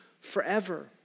forever